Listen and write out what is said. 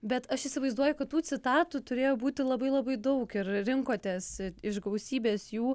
bet aš įsivaizduoju kad tų citatų turėjo būti labai labai daug ir rinkotės iš gausybės jų